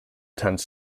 turns